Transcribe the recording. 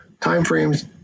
timeframes